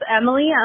Emily